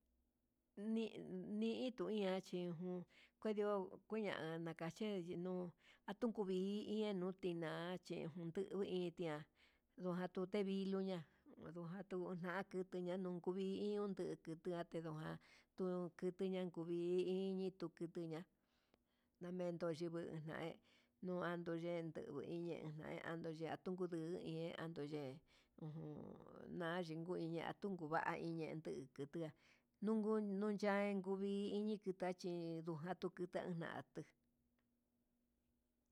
Ni ni ituu ni iha chí ujun kuedió kuña'a ndakache nuu atuku vi'i, ihe nuchina chí yejun tu itua ña ndujan tuté vi'i luña'a ndujan nduu, nakuña nduku vii hi ihon nduku tuatendoan, ndun tunian tuvi'i hi hi tuu iña ndamento ngueñai no anndu yendu kuu iñe jean ndondo ya'a kuduu ñe'e ande'e, ujun na'a ye'e kuiña'a tunku va'a iñende ndukutua, nduku nuya'a kuvin ndike cha'a chí nduku tutana'a atu,